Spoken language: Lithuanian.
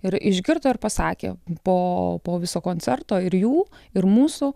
ir išgirdo ir pasakė po po viso koncerto ir jų ir mūsų